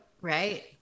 Right